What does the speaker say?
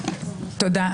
תודה.